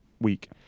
week